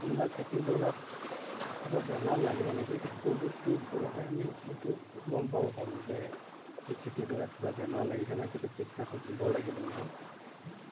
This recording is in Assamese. কোনোবা খেতিডৰাত কিবা বেমাৰ লাগিলে নেকি প্ৰযুক্তিৰ ফলতে আমি সেইটো গম পাব পাৰোঁ যে সেই খেতিডৰাত কিবা বেমাৰ লাগিছে ন কিবা কীটনাশক দিব লাগিব নেকি